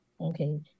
Okay